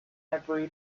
every